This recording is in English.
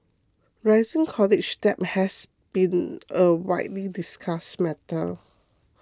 rising college debt has been a widely discussed matter